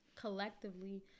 collectively